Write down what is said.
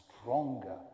stronger